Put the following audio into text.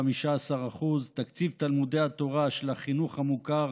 בכ-15%; תקציב תלמודי התורה של החינוך המוכר